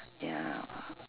ya ah